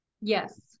Yes